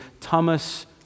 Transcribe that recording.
Thomas